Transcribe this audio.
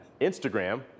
Instagram